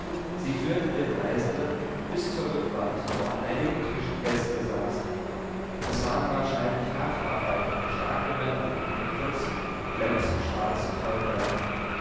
sie führten den reisenden bis zur rückwand wo an einigen tischen gäste saßen es waren wahrscheinlich hafenarbeiter starke männer mit kurzen glänzend schwarzen vollbärten